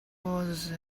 was